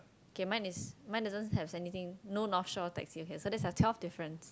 K mine is mine doesn't have anything no North Shore taxi okay so that's our twelve difference